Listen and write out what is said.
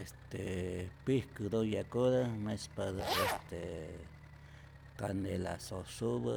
Est pijkä toya'kotä' mespatä este canela sosupä,